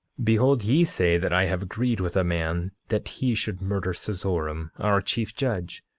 behold ye say that i have agreed with a man that he should murder seezoram, our chief judge.